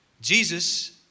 Jesus